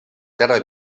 terra